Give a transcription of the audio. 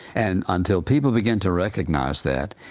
and until people begin to recognize that,